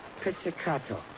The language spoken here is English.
Pizzicato